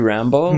Rambo